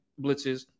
blitzes